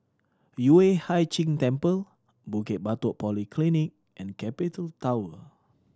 Yueh Hai Ching Temple Bukit Batok Polyclinic and Capital Tower